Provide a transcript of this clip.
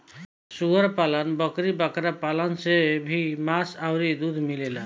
सूअर पालन, बकरी बकरा पालन से भी मांस अउरी दूध मिलेला